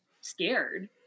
scared